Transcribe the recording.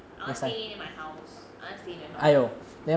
I want stay in my house I want stay in the north